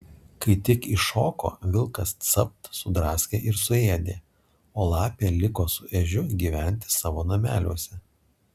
kai tik iššoko vilkas capt sudraskė ir suėdė o lapė liko su ežiu gyventi savo nameliuose